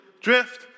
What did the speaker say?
drift